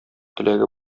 теләге